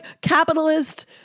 capitalist